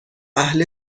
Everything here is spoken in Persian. اهل